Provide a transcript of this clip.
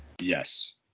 Yes